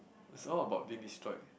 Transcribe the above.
it's all about being destroyed